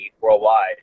worldwide